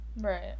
Right